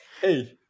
hey